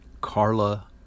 Carla